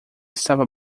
estava